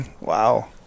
Wow